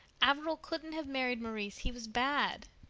averil couldn't have married maurice. he was bad.